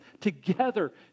together